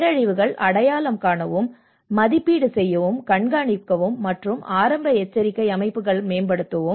பேரழிவுகளை அடையாளம் காணவும் மதிப்பீடு செய்யவும் கண்காணிக்கவும் மற்றும் ஆரம்ப எச்சரிக்கை அமைப்புகளை மேம்படுத்தவும்